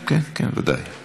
הרווחה והבריאות נתקבלה.